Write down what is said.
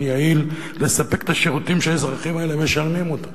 יעיל לספק את השירותים שהאזרחים האלה משלמים עליהם,